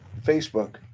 Facebook